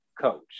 coach